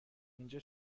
اینجا